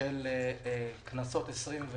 של כנסות 20,